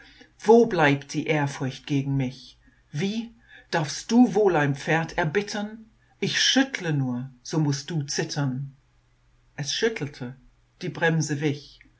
wo bleibt die ehrfurcht gegen mich wie darfst du wohl ein pferd erbittern ich schüttle nur so mußt du zittern es schüttelte die bremse wich